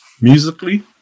Musically